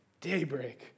daybreak